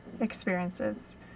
experiences